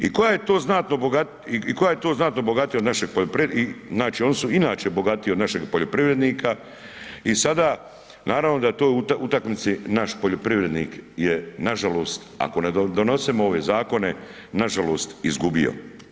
I koje je to znatno bogatija od našeg poljoprivrednika, znači oni su inače bogatiji od našeg poljoprivrednika i naravno da u toj utakmici naš poljoprivrednik je nažalost, ako ne donosimo ove zakone, nažalost izgubio.